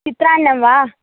चित्रान्नं वा